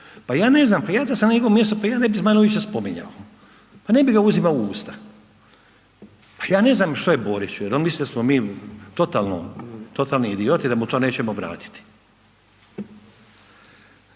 pa ja ne znam, pa ja da sam na njegovu mjestu, pa ja ne bi Zmajlovića spominjao, pa ne bi ga uzimao u usta, pa je ne znam što je Borić, jel on misli da smo mi totalni idioti da mu to nećemo vratiti?